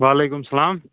وعلیکُم السلام